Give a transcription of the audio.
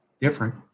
different